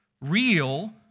real